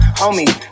homie